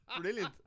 brilliant